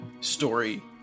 story